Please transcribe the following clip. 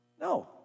No